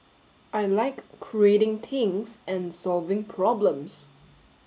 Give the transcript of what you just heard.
I like creating things and solving problems